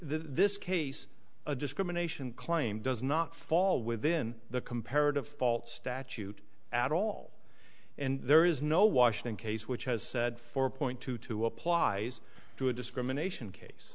this case a discrimination claim does not fall within the comparative fault statute at all and there is no washington case which has said four point two two applies to a discrimination case